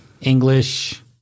English